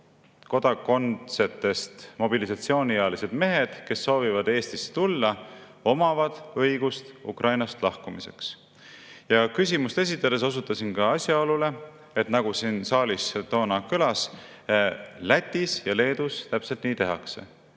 kodakondsetest mobilisatsiooniealised mehed, kes soovivad Eestisse tulla, omavad õigust Ukrainast lahkumiseks. Küsimust esitades osutasin ka asjaolule, et, nagu siin saalis toona kõlas, Lätis ja Leedus just nii tehakse: